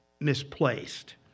misplaced